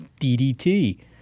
DDT